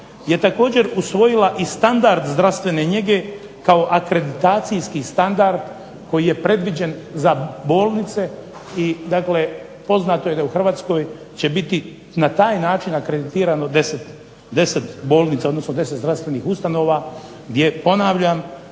je također usvojila i standard zdravstvene njege kao akreditacijski standard koji je predviđen za bolnice i dakle poznato je da u Hrvatskoj će biti na taj način akreditirano 10 bolnica, odnosno 10 zdravstvenih ustanova gdje, ponavljam,